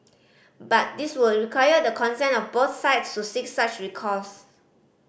but this would require the consent of both sides to seek such recourse